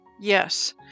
Yes